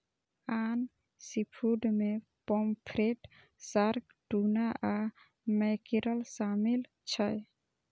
आन सीफूड मे pomfret, shark, tuna आ मैकेरल शामिल छै